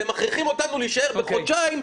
אתם מכריחים אותנו להישאר עוד חודשיים,